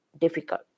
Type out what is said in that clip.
difficult